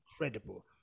incredible